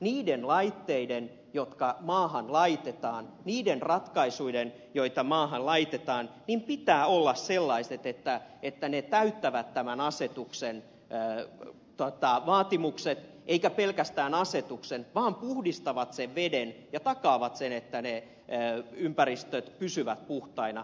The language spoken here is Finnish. niiden laitteiden jotka maahan laitetaan niiden ratkaisuiden joita maahan laitetaan pitää olla sellaisia että ne täyttävät tämän asetuksen vaatimukset eivätkä pelkästään asetuksen vaan puhdistavat sen veden ja takaavat sen että ne ympäristöt pysyvät puhtaina